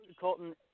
Colton